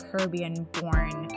Caribbean-born